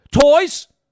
Toys